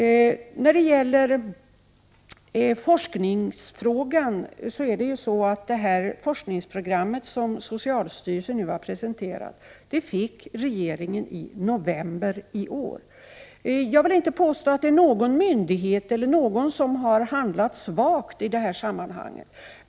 När det gäller forskningen är det så att det forskningsprogram som socialstyrelsen nu har presenterat överlämnades till regeringen i november i år. Jag vill inte påstå att någon myndighet eller någon annan har handlat svagt i det här sammanhanget.